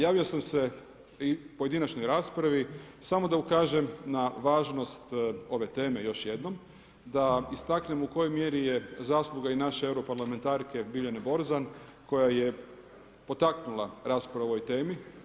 Javio sam se u pojedinačnoj raspravi samo da ukažem na važnost ove teme još jednom, da istaknem u kojoj mjeri je zasluga i naše euro parlamentarke Biljane Borzan koja je potaknula raspravu o ovoj temi.